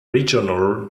regional